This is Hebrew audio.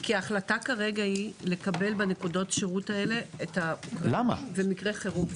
כי ההחלטה כרגע היא לקבל בנקודות השירות האלה במקרי חירום,